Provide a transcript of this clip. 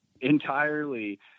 entirely